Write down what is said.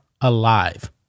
alive